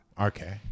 okay